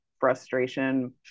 frustration